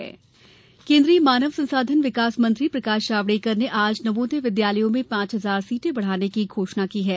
नवोदय विद्यालय केन्द्रीय मानव संसाधन विकास मंत्री प्रकाश जावड़ेकर ने आज नवोदय विद्यालयों में पांच हजार सीटें बढ़ाने की घोषणा की है